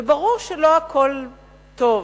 וברור שלא הכול טוב,